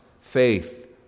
faith